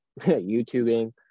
YouTubing